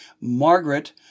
Margaret